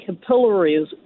capillaries